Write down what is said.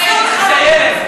אסור לך להגיד את זה.